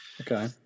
Okay